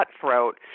cutthroat